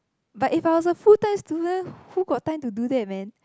but if I was a full time student who got time to do that man